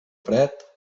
fred